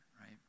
right